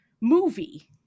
movie